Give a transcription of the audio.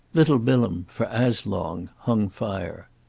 little bilham for as long, hung fire.